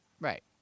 Right